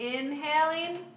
inhaling